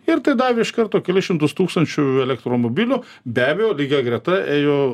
ir tai davė iš karto kelis šimtus tūkstančių elektromobilių be abejo lygia greta ėjo